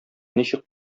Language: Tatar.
ничек